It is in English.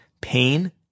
Pain